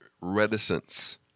reticence